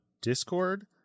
discord